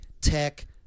tech